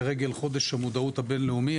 לרגל חודש המודעות הבין-לאומי,